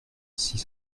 six